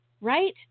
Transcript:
right